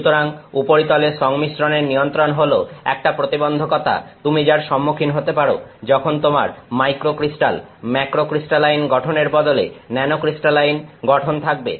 সুতরাং উপরিতলের সংমিশ্রণের নিয়ন্ত্রণ হলো একটা প্রতিবন্ধকতা তুমি যার সম্মুখীন হতে পারো যখন তোমার মাইক্রোক্রিস্টাল ম্যাক্রোক্রিস্টালাইন গঠনের বদলে ন্যানোক্রিস্টালাইন গঠন থাকবে